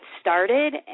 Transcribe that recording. started